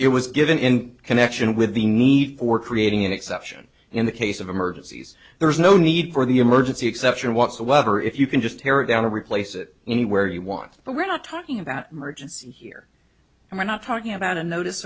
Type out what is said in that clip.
it was given in connection with the need for creating an exception in the case of emergencies there is no need for the emergency exception whatsoever if you can just tear it down and replace it anywhere you want but we're not talking about emergency here and we're not talking about a notice